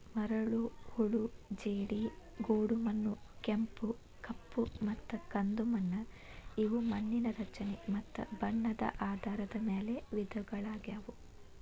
ಮರಳು, ಹೂಳು ಜೇಡಿ, ಗೋಡುಮಣ್ಣು, ಕೆಂಪು, ಕಪ್ಪುಮತ್ತ ಕಂದುಮಣ್ಣು ಇವು ಮಣ್ಣಿನ ರಚನೆ ಮತ್ತ ಬಣ್ಣದ ಆಧಾರದ ಮ್ಯಾಲ್ ವಿಧಗಳಗ್ಯಾವು